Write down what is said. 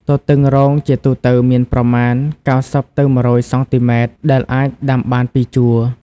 ទទឹងរងជាទូទៅមានប្រមាណ ៩០ ទៅ ១០០ សង់ទីម៉ែត្រ ដែលអាចដាំបាន ២ ជួរ។